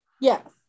Yes